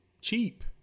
Cheap